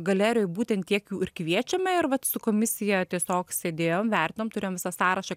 galerijoj būtent tiek ir kviečiame ir vat su komisija tiesiog sėdėjom vertinom turėjom visą sąrašą